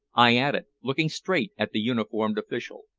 i added, looking straight at the uniformed official.